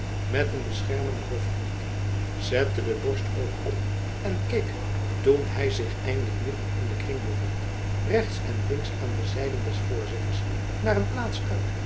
met een beschermenden hoofdknik zette de borst hoog op en keek toen hij zich eindelijk midden in den kring bevond rechts en links aan de zijden des voorzitters naar een plaats